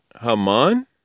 Haman